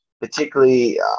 particularly